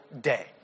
day